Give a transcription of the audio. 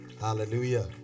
Hallelujah